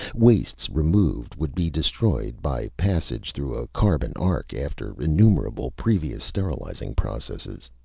wastes removed would be destroyed by passage through a carbon arc after innumerable previous sterilizing processes.